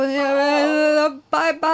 Bye-bye